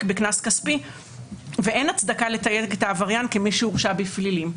בקנס כספי ואין הצדקה לתייג את העבריין כמי שהורשע בפלילים.